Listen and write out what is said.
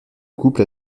couple